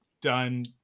Done